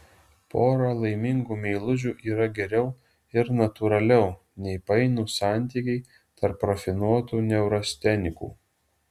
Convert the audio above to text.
pora laimingų meilužių yra geriau ir natūraliau nei painūs santykiai tarp rafinuotų neurastenikų